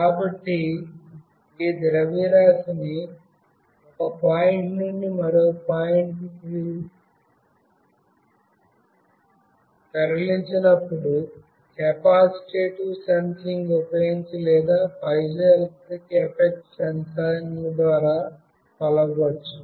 కాబట్టి ఈ ద్రవ్యరాశిని ఒక పాయింట్ నుండి మరొకదానికి తరలించినప్పుడు కెపాసిటివ్ సెన్సింగ్ ఉపయోగించి లేదా పైజోఎలెక్ట్రిక్ ఎఫెక్ట్ సెన్సింగ్ ద్వారా కొలవవచ్చు